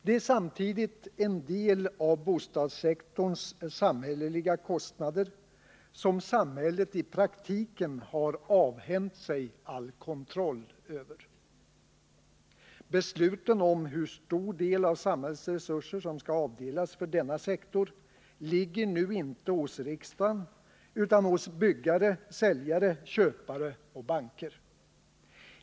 Det är samtidigt en del av bostadssektorns samhälleliga kostnader som samhället i praktiken har avhänt sig all kontroll över. Besluten om hur stor del av samhällets resurser som skall avdelas för denna sektor ligger nu inte hos riksdagen utan hos byggare, säljare, köpare och banker.